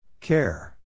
Care